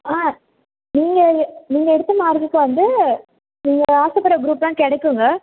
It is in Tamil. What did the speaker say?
ஆ நீங்கள் நீங்கள் எடுத்த மார்க்குக்கு வந்து நீங்கள் ஆசைப்படுற குரூப்லாம் கிடைக்குங்க